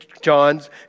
John's